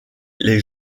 les